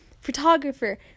photographer